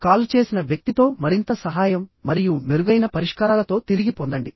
call చేసిన వ్యక్తితో మరింత సహాయం మరియు మెరుగైన పరిష్కారాలతో తిరిగి పొందండి